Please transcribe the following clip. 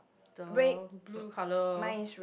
the blue colour